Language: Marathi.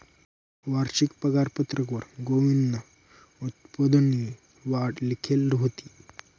वारशिक पगारपत्रकवर गोविंदनं उत्पन्ननी वाढ लिखेल व्हती